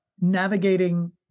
navigating